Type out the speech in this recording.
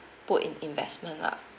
put in investment lah